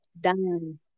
done